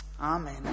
Amen